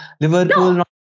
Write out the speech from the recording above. Liverpool